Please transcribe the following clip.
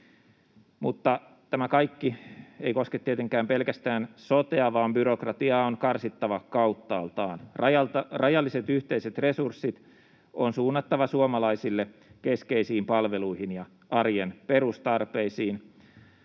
tämä kaikki ei koske tietenkään pelkästään sotea, vaan byrokratiaa on karsittava kauttaaltaan. Rajalliset yhteiset resurssit on suunnattava suomalaisille keskeisiin palveluihin ja arjen perustarpeisiin.